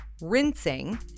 rinsing